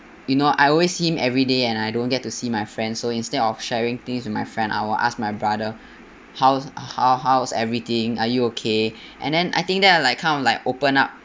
you know I always see him every day and I don't get to see my friend so instead of sharing things with my friend I will ask my brother how's how how's everything are you okay and then I think that are like kind of like open up